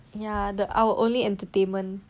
ya the our only entertainment